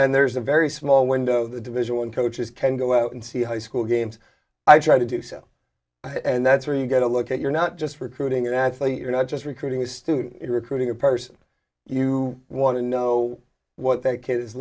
and there's a very small window the division one coaches can go out and see high school games i try to do so and that's where you get a look at you're not just recruiting an athlete you're not just recruiting a student recruiting a person you want to know what that kid is